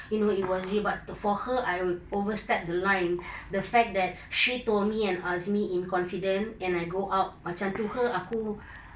you know it was real but for her I overstep the line the fact that she told me and azmi in confident and I go out macam to her aku